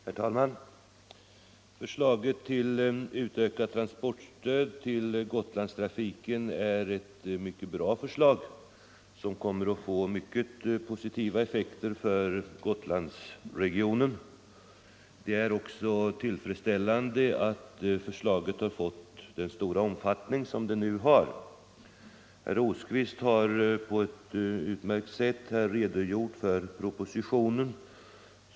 Herr talman! Förslaget till utökat transportstöd till Gotlandstrafiken är ett bra förslag som kommer att få mycket positiva effekter för Gotlandsregionen. Det är också tillfredsställande att förslaget har fått den stora omfattning som det nu har. Herr Rosqvist har på ett utmärkt sätt redogjort för propositionen.